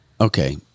okay